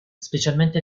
specialmente